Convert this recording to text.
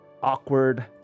awkward